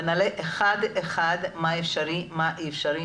ונעלה אחד-אחד מה אפשרי מה לא אפשרי,